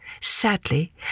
Sadly